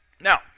Now